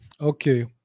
Okay